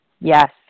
Yes